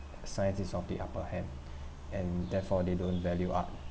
science is of the upper hand and therefore they don't value art